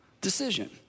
decision